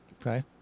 Okay